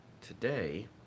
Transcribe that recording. Today